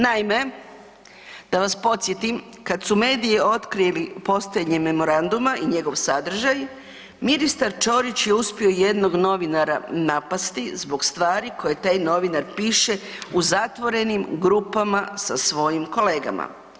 Naime, da vas podsjetim kada su mediji otkrili postojanje memoranduma i njegov sadržaj ministar Ćorić je uspio jednog novinara napasti zbog stvari koje taj novinar piše u zatvorenim grupama sa svojim kolegama.